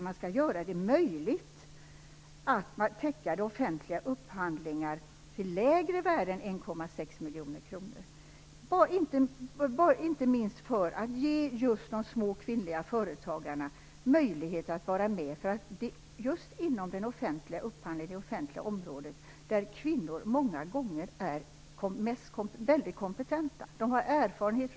Man skall göra det möjligt för systemet att täcka offentliga upphandlingar till lägre värden än 1,6 miljoner kronor. Det bör göras inte minst för att ge just de små kvinnliga företagarna möjlighet att vara med. Inom det offentliga området är ju kvinnor många gånger mycket kompetenta och har stor erfarenhet.